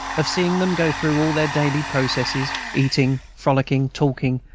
of seeing them go through all their daily processes, eating, frolicking, talking,